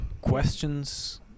questions